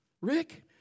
Rick